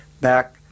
back